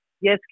yes